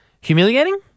Humiliating